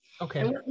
Okay